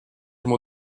ему